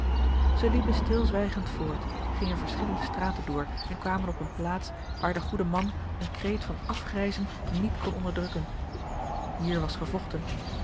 zij liepen stilzwijgend voort gingen verschillende straten door en kwamen op eene plaats waar de goede man een kreet van afgrijzen niet kon onderdrukken hier was gevochten